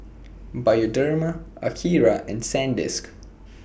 Bioderma Akira and Sandisk